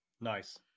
nice